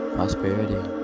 Prosperity